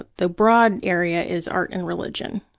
ah the broad area is art and religion,